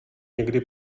někdy